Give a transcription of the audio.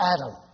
Adam